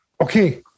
okay